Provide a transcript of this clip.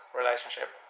relationship